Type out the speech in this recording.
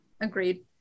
Agreed